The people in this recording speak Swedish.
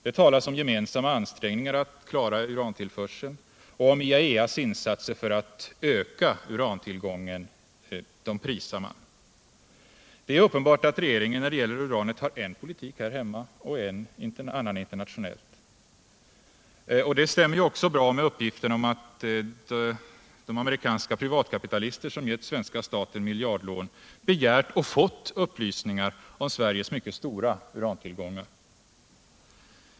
Det talas om gemensamma ansträngningar att klara urantillförseln och om IAEA:s insatser för att utöka urantillgången. Dem prisar man. Det är uppenbart att regeringen när det gäller uranet har en politik här hemma och en annan internationellt. Amerikanska privatkapitalister som gett svenska staten miljardlån har begärt och fått upplysningar om Sveriges mycket stora urantillgångar.